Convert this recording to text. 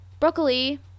broccoli